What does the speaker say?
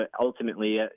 ultimately